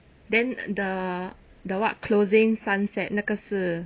then the the what closing sunset 那个是